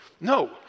No